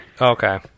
Okay